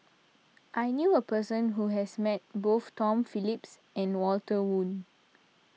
I knew a person who has met both Tom Phillips and Walter Woon